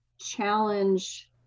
challenge